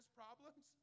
problems